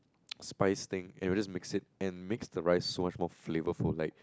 spice thing and we just mix it and it makes the rice so much more flavourful like